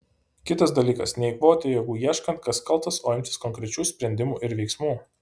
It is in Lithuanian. kitas dalykas neeikvoti jėgų ieškant kas kaltas o imtis konkrečių sprendimų ir veiksmų